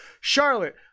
Charlotte